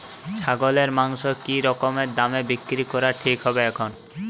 ছাগলের মাংস কী রকম দামে বিক্রি করা ঠিক হবে এখন?